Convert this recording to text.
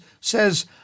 says